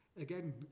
Again